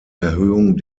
erhöhung